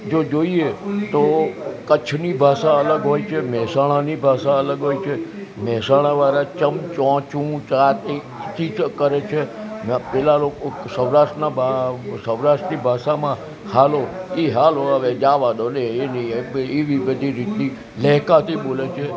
જો જોઈએ તો કચ્છની ભાષા અલગ હોય છે મહેસાણાની ભાષા અલગ હોય છે મહેસાણા વાળા ચમ ચો ચુ ચા ચી કરે છે ને પેલા લોકો સૌરાષ્ટ્રના સૌરાષ્ટ્રની ભાષામાં હાલો ઈ હાલો હવે જવા દો ને એવી બધી રીતના લહેકાથી બોલે છે